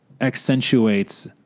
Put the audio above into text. accentuates